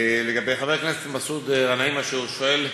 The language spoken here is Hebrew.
לגבי חבר הכנסת מסעוד גנאים, מה שהוא שואל,